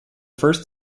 first